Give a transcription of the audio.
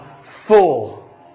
full